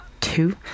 two